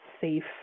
safe